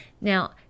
Now